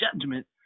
judgment